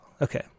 Okay